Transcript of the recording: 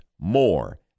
more